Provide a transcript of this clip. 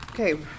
Okay